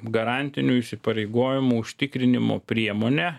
garantinių įsipareigojimų užtikrinimo priemonę